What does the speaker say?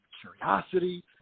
curiosity